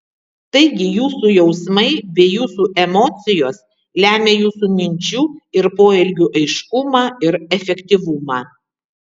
taigi jūsų jausmai bei jūsų emocijos lemia jūsų minčių ir poelgių aiškumą ir efektyvumą